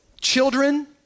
Children